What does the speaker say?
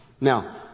Now